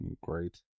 Great